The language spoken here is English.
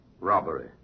Robbery